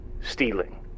Stealing